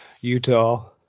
Utah